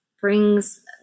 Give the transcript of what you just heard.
brings